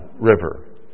river